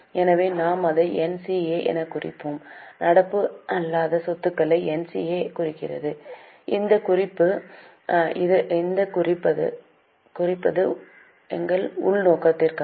எனவே நாம் அதை NCA எனக் குறிப்போம் நடப்பு அல்லாத சொத்துக்களை NCA குறிக்கிறது இந்த குறிப்பது எங்கள் உள் நோக்கங்களுக்காக